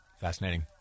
Fascinating